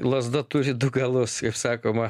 lazda turi du galus kaip sakoma